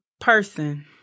person